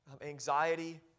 anxiety